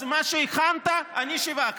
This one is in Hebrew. אז מה שהכנת, אני שיווקתי.